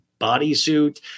bodysuit